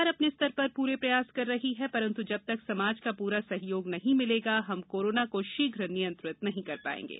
सरकार अपने स्तर पर पूरे प्रयास कर रही है परन्तु जब तक समाज का पूरा सहयोग नहीं मिलेगा हम कोरोना को शीघ्र नियंत्रित नहीं कर पाएंगे